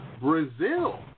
Brazil